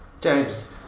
James